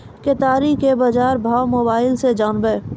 केताड़ी के बाजार भाव मोबाइल से जानवे?